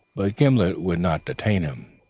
but gimblet would not detain him.